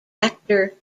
actor